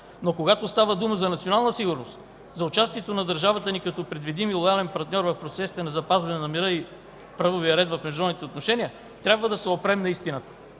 но когато става дума за национална сигурност, за участието на държавата ни като предвидим и лоялен партньор в процесите на запазване на мира и правовия ред в международните отношения, трябва да се опрем на истината